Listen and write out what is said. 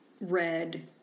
red